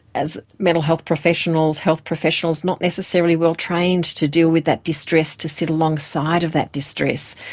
as mental health professionals, health professionals, not necessarily well trained to deal with that distress, to sit alongside of that distress.